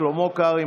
שלמה קרעי,